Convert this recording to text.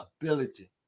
ability